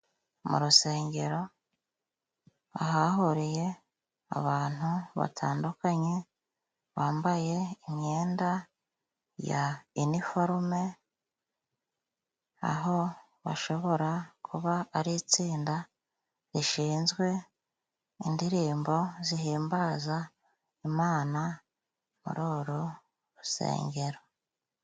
Mu rusengero，ahahuriye abantu batandukanye， bambaye imyenda ya iniforume， aho bashobora kuba ari itsinda rishinzwe indirimbo zihimbaza Imana， muri uru rusengero.